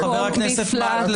מבלי לפגוע באומה היפנית.